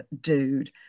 dude